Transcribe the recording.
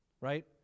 right